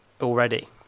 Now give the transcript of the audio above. already